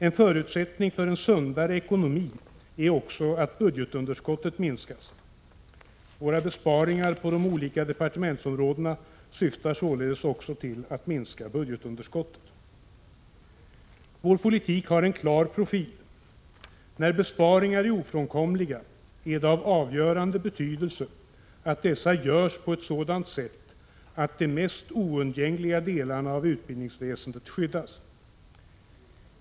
En förutsättning för en sundare ekonomi är också att budgetunderskottet minskas. Våra besparingar på de olika departementsområdena syftar således också till att minska budgetunderskottet. Vår politik har en klar profil. När besparingar är ofrånkomliga är det av avgörande betydelse att dessa görs på ett sådant sätt att de mest oundgängliga delarna av utbildningsväsendet skyddas.